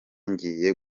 ngiye